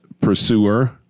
pursuer